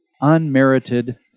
unmerited